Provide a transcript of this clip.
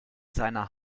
seiner